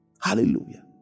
Hallelujah